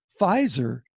Pfizer